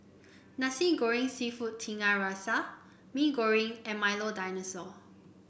Nasi Goreng seafood Tiga Rasa Mee Goreng and Milo Dinosaur